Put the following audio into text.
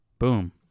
Boom